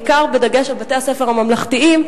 בעיקר בדגש על בתי-הספר הממלכתיים,